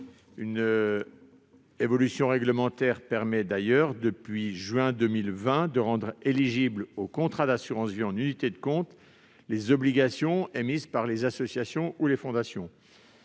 Une évolution réglementaire permet d'ailleurs, depuis juin 2020, de rendre éligibles aux contrats d'assurance vie en unités de compte les obligations émises par les associations ou les fondations.